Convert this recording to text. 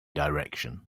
direction